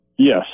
Yes